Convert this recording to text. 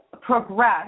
progress